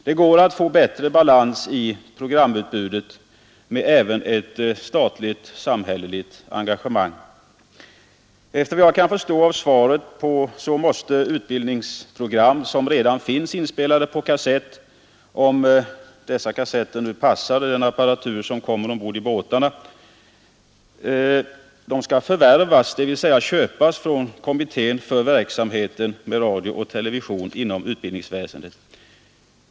Det går att få bättre balans i programutbudet med även ett statligt-sam hälleligt engagemang. Enligt vad jag kan förstå av svaret så måste utbildningsprogram som redan finns inspelade på kassett — om dessa kassetter nu passar den apparatur som kommer ombord i båtarna — förvärvas, dvs. köpas från kommittén för verksamheten med television och radio inom utbildningsväsendet.